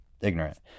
ignorant